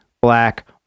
Black